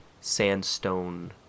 sandstone